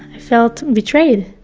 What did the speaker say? i felt betrayed.